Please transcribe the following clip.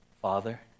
father